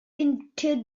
into